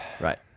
Right